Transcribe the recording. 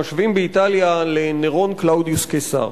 משווים באיטליה לנירון קלאודיוס קיסר.